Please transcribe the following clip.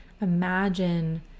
imagine